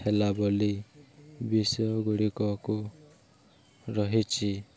ହେଲା ବୋଲି ବିଷୟ ଗୁଡ଼ିକ ରହିଛି